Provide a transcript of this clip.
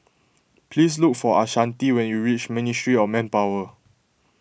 please look for Ashanti when you reach Ministry of Manpower